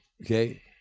okay